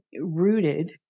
rooted